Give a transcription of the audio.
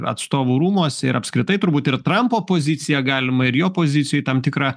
atstovų rūmuose ir apskritai turbūt ir trampo poziciją galima ir jo pozicijoj tam tikrą